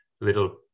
little